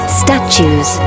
statues